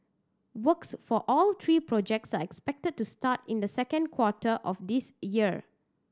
works for all three projects are expected to start in the second quarter of this year